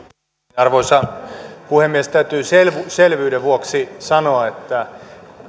arvoisa puhemies täytyy selvyyden vuoksi sanoa että